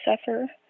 suffer